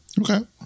Okay